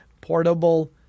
portable